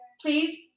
please